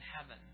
heaven